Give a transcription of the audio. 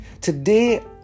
Today